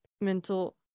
mental